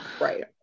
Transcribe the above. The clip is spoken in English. Right